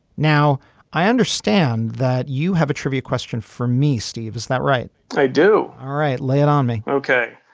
now i understand that you have a trivia question for me steve. is that right. i do. all right lay it on me ok.